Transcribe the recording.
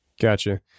Gotcha